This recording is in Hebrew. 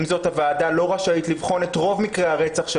עם זאת הוועדה לא רשאית לבחון את רוב מקרי הרצח של